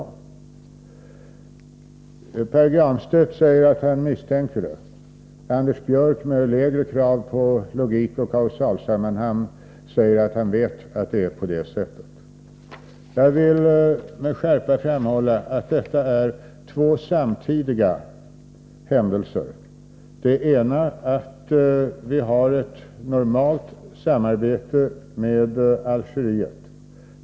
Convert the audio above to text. Pär Granstedt säger att han misstänker det. Anders Björck — med lägre krav på logik och kausalsammanhang — säger att han vet att det är på det sättet. Jag vill med skärpa framhålla att detta är två samtidiga händelser. Den ena: vi har ett normalt samarbete med Algeriet.